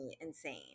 insane